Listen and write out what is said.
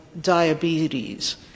diabetes